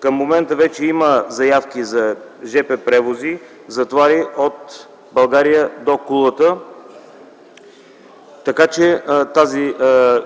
Към момента вече има заявки за жп превози на товари от България до Кулата, така че тази